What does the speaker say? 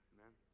Amen